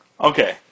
Okay